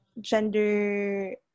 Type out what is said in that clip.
gender